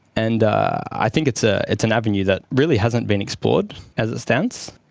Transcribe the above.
and i think it's ah it's an avenue that really hasn't been explored, as it stands,